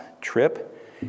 trip